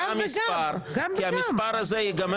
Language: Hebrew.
כמה היו?